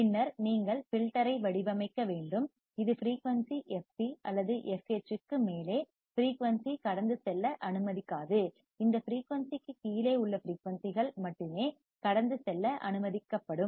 பின்னர் நீங்கள் ஃபில்டர் ஐ வடிவமைக்க வேண்டும் இது ஃபிரீயூன்சி fc அல்லது fh க்கு மேலே ஃபிரீயூன்சி கடந்து செல்ல அனுமதிக்காது இந்த ஃபிரீயூன்சிற்குக் கீழே உள்ள ஃபிரீயூன்சிகள் மட்டுமே கடந்து செல்ல அனுமதிக்கப்படும்